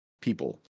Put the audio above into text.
people